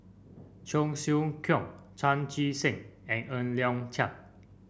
Cheong Siew Keong Chan Chee Seng and Ng Liang Chiang